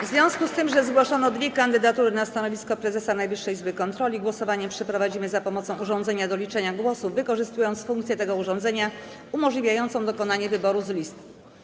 W związku z tym, że zgłoszono dwie kandydatury na stanowisko prezesa Najwyższej Izby Kontroli, głosowanie przeprowadzimy za pomocą urządzenia do liczenia głosów, wykorzystując funkcję tego urządzenia umożliwiającą dokonanie wyboru z listy.